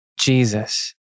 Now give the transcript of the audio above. Jesus